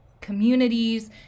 communities